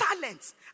talents